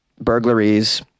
burglaries